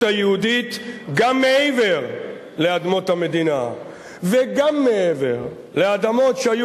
היהודית גם מעבר לאדמות המדינה וגם מעבר לאדמות שהיו